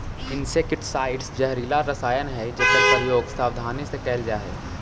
insecticides जहरीला रसायन हई जेकर प्रयोग सावधानी से कैल जा हई